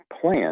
plan